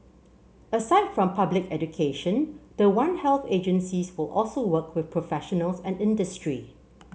aside from public education the one health agencies will also work with professionals and industry